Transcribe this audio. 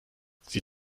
sie